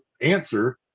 answer